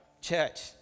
church